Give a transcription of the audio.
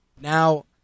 now